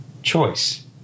choice